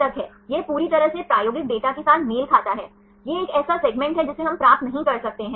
तो इस मामले में जैसा कि हमने चर्चा की ये 2 बांड्स हैं जो घूमने के लिए स्वतंत्र हैं